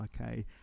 okay